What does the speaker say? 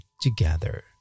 together